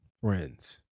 friends